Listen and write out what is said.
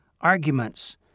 arguments